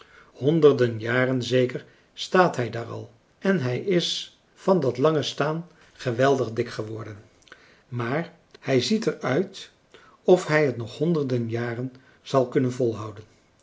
honderden jaren zeker staat hij daar al en hij is van dat lange staan geweldig dik geworden maar hij ziet er uit of hij het nog honderden jaren zal kunnen volhouden